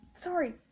Sorry